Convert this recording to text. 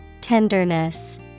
Tenderness